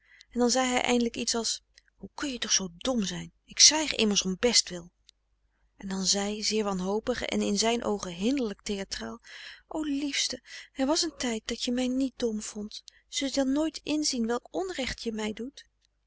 en dan zei hij eindelijk iets als hoe kun je toch zoo dom zijn ik zwijg immers om bestwil en dan zij zeer wanhopig en in zijn oogen hinderlijk theatraal o liefste er was een tijd dat je mij niet dom vond zul je dan nooit inzien welk onrecht je mij doet